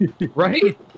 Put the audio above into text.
right